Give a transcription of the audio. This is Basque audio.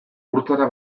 burtsara